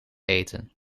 eten